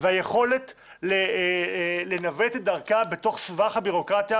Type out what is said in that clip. והיכולת לנווט את דרכה בתוך סבך הביורוקרטיה